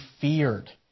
feared